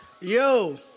Yo